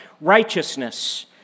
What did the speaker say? righteousness